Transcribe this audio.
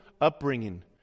upbringing